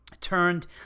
turned